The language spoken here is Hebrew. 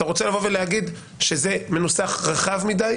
אתה רוצה לומר שזה מנוסח רחב מדי,